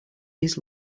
his